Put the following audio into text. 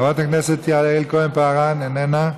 חברת הכנסת יעל כהן-פארן, איננה.